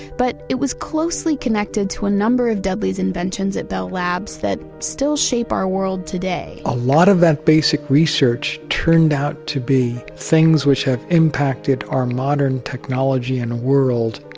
but it was closely connected to a number of dudley's inventions at bell labs that still shape our world today a lot of that basic research turned out to be things which have impacted our modern technology and world,